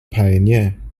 pioneer